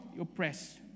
oppressed